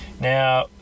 Now